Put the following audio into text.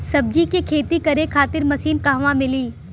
सब्जी के खेती करे खातिर मशीन कहवा मिली?